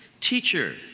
teacher